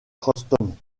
crockston